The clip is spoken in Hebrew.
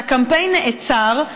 שהקמפיין נעצר,